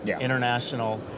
international